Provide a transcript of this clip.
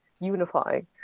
unifying